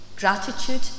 Gratitude